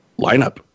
lineup